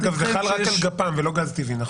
אגב, זה חל רק על גפ"מ ולא גז טבעי, נכון?